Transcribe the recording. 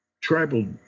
tribal